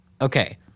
Okay